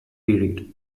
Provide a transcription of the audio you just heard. period